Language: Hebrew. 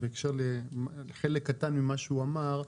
בחלק קטן ממה שהוא אמר,